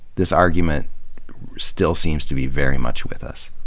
this argument still seems to be very much with us.